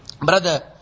Brother